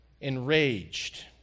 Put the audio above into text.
enraged